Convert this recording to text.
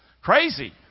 Crazy